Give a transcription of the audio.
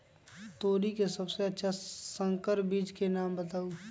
तोरी के सबसे अच्छा संकर बीज के नाम बताऊ?